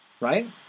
Right